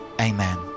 amen